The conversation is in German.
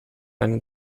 einen